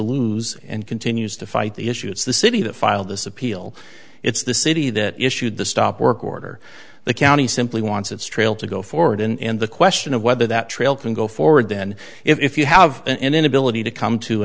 lose and continues to fight the issue it's the city that filed this appeal it's the city that issued the stop work order the county simply wants its trail to go forward and the question of whether that trail can go forward then if you have an inability to come to